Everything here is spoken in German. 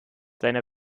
seiner